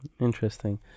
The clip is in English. Interesting